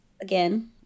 again